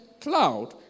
cloud